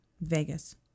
Vegas